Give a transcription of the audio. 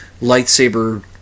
lightsaber